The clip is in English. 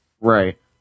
Right